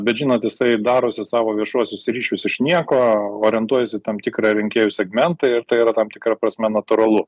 bet žinot jisai darosi savo viešuosius ryšius iš nieko orientuojasi į tam tikrą rinkėjų segmentą ir tai yra tam tikra prasme natūralu